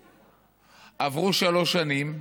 עברו שלוש שנים.